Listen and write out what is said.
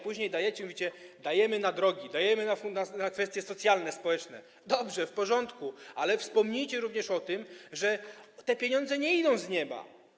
Później je dajecie, mówicie: dajemy na drogi, dajemy na kwestie socjalne, społeczne, dobrze, w porządku, ale wspomnijcie również o tym, że te pieniądze nie spadają z nieba.